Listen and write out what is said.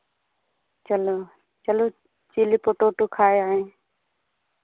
चलो चलो chilli potato खाए आएँ